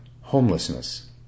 homelessness